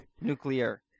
Nuclear